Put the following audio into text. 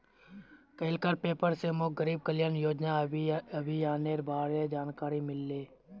कइल कार पेपर स मोक गरीब कल्याण योजना अभियानेर बारे जानकारी मिलले